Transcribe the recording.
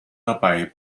dabei